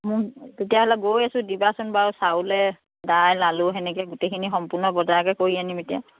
মোক তেতিয়াহ'লে গৈ আছোঁ দিবাচোন বাউ চাউলে দাইল আলু সেনেকে গোটেইখিনি সম্পূৰ্ণ বজাৰকে কৰি আনিম এতিয়া